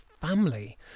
family